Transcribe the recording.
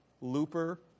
Looper